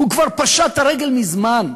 הוא כבר פשט את הרגל מזמן.